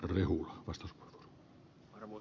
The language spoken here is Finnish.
arvoisa herra puhemies